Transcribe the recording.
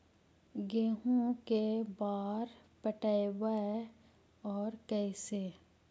गेहूं के बार पटैबए और कैसे?